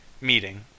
meeting